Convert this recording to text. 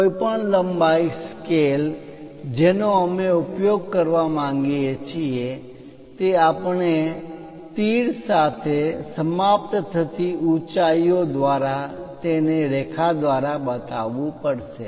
કોઈપણ લંબાઈ સ્કેલ જેનો અમે ઉપયોગ કરવા માંગીએ છીએ તે આપણે તીર સાથે સમાપ્ત થતી ઊંચાઈ ઓ દ્વારા તેને રેખા દ્વારા બતાવવું પડશે